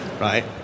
Right